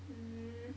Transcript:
mm